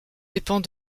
dépend